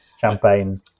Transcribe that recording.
Champagne